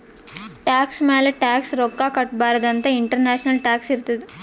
tax ಮ್ಯಾಲ tax ರೊಕ್ಕಾ ಕಟ್ಟಬಾರ್ದ ಅಂತ್ ಇಂಟರ್ನ್ಯಾಷನಲ್ ಟ್ಯಾಕ್ಸ್ ಇರ್ತುದ್